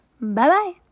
Bye-bye